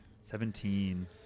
Seventeen